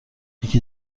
یکی